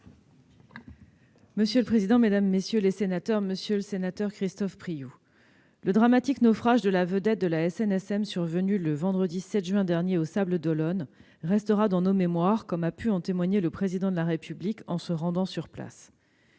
La parole est à Mme la secrétaire d'État. Monsieur le sénateur Christophe Priou, le dramatique naufrage de la vedette de la SNSM survenu le vendredi 7 juin dernier aux Sables-d'Olonne restera dans nos mémoires, comme a pu en témoigner le Président de la République en se rendant sur place.